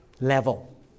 level